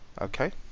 Okay